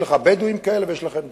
יש לך בדואים כאלה ויש לך דרוזים.